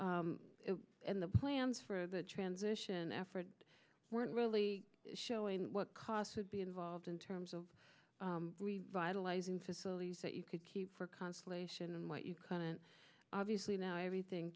and the plans for the transition effort weren't really showing what costs would be involved in terms of vitalizing facilities that you could keep for constellation and what you couldn't obviously now everything